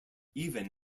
even